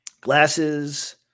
glasses